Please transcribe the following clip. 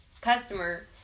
customer